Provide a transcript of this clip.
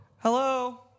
Hello